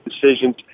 decisions